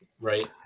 right